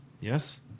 Yes